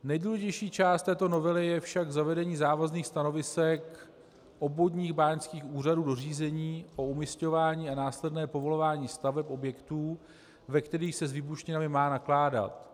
Nejdůležitější část této novely je však zavedení závazných stanovisek obvodních báňských úřadů do řízení o umisťování a následné povolování staveb objektů, ve kterých se s výbušninami má nakládat.